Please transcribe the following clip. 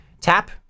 Tap